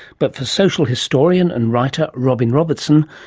but for social historian and writer robin robertson,